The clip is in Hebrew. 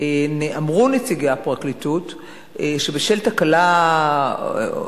אמרו נציגי הפרקליטות שבשל תקלה,